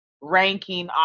ranking